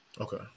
okay